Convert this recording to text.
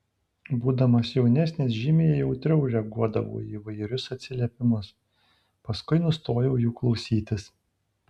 būdamas jaunesnis žymiai jautriau reaguodavau į įvairius atsiliepimus paskui nustojau jų klausytis